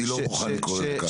אני לא מוכן לקרוא לזה ככה.